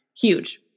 Huge